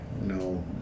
No